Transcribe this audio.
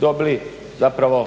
dobili zapravo